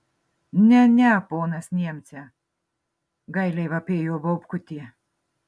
ne ne ponas niemce gailiai vapėjo baubkutė